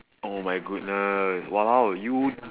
oh my goodness !walao! you